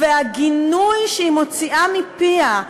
והגינוי שהיא מוציאה מפיה,